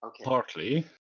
Partly